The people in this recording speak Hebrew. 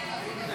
37